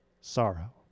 sorrow